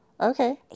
Okay